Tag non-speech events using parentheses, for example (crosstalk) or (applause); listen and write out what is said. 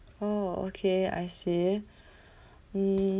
oh okay I see (breath) hmm